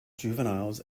juveniles